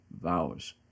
vows